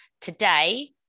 Today